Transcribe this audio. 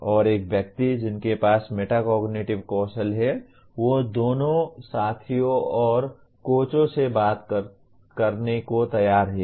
और एक व्यक्ति जिनके पास मेटाकोग्निटिव कौशल है वो दोनों साथियों और कोचों से बात करने को तैयार है